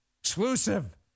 Exclusive